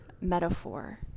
metaphor